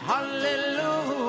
Hallelujah